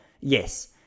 Yes